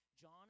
John